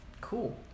cool